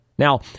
Now